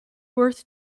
worth